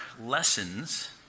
lessons